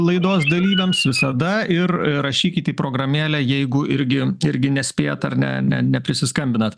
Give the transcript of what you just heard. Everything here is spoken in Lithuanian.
laidos dalyviams visada ir rašykit į programėlę jeigu irgi irgi nespėjat ar ne ne ne neprisiskambinat